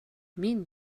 min